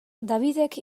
davidek